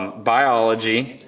biology,